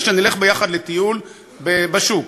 שנלך יחד לטיול בשוק.